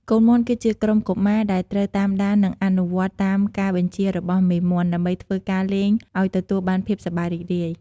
កូនមាន់គឺជាក្រុមកុមារដែលត្រូវតាមដាននិងអនុវត្តតាមការបញ្ជារបស់មេមាន់ ដើម្បីធ្វើការលេងអោយទទួលបានភាពសប្បាយរីករាយ។